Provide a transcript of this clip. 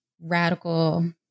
radical